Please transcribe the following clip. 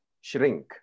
shrink